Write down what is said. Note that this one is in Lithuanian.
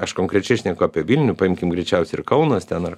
aš konkrečiai šneku apie vilnių paimkim greičiausiai ir kaunas ten ar